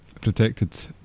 protected